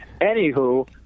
anywho